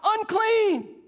unclean